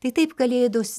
tai taip kalėdos